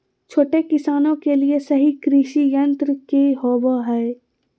छोटे किसानों के लिए सही कृषि यंत्र कि होवय हैय?